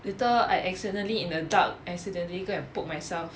later I accidentally in the dark accidentally go and poke myself